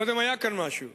קודם היה כאן משהו.